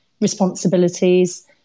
responsibilities